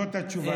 זאת התשובה.